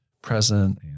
present